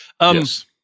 Yes